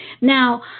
Now